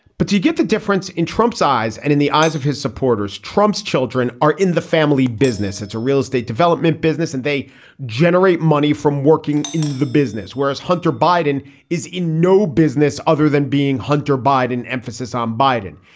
but you get the difference in trump's eyes and in the eyes of his supporters. trump's children are in the family business. it's a real estate development business. and they generate money from working in the business, whereas hunter biden is in no business other than being hunter biden. emphasis on um biden.